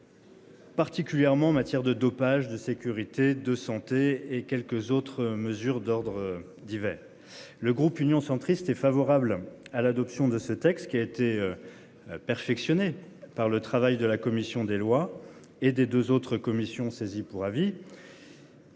Particulièrement en matière de dopage, de sécurité, de santé et quelques autres mesures d'ordre divers. Le groupe Union centriste est favorable à l'adoption de ce texte qui a été. Perfectionné par le travail de la commission des lois et des 2 autres commissions, saisie pour avis.